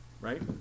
Right